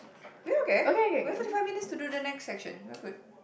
we're okay we have forty five minutes to do the next section we're good